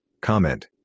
comment